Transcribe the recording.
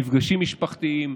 מפגשים משפחתיים,